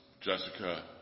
Jessica